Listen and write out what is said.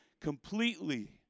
completely